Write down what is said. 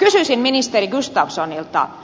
kysyisin ministeri gustafssonilta